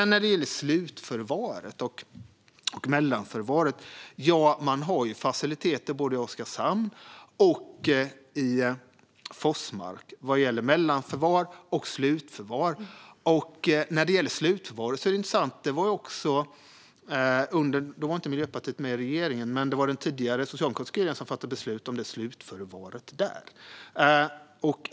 När det gäller mellanförvar och slutförvar finns det faciliteter både i Oskarshamn och i Forsmark. Det är intressant att det var den tidigare socialdemokratiska regeringen som fattade beslut om slutförvaret i Forsmark. Då var inte Miljöpartiet med i regeringen.